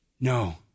No